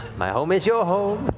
my home is your home.